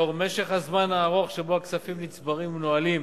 לאור משך הזמן הארוך שבו הכספים נצברים ומנוהלים